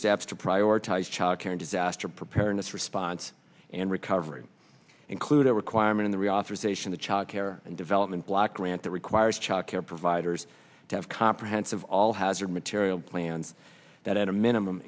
steps to prioritize child care and disaster preparedness response and recovery include a requirement of the reauthorization the child care and development block grant that requires child care providers to have comprehensive all hazard material plans that at a minimum